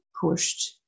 pushed